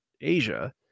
Asia